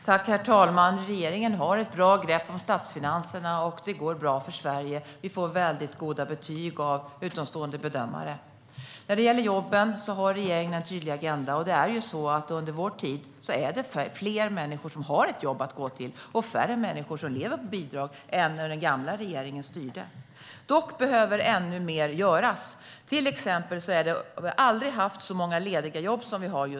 Herr talman! Regeringen har ett bra grepp om statsfinanserna, och det går bra för Sverige. Vi får mycket goda betyg av utomstående bedömare. När det gäller jobben har regeringen en tydlig agenda. Under vår tid har fler människor fått ett jobb att gå till och färre människor lever på bidrag än när den gamla regeringen styrde. Dock behöver ännu mer göras. Till exempel har vi aldrig haft så många lediga jobb som vi har just nu.